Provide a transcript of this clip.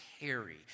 carry